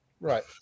right